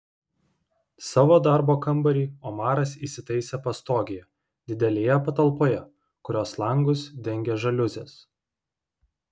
savo darbo kambarį omaras įsitaisė pastogėje didelėje patalpoje kurios langus dengė žaliuzės